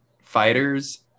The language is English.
fighters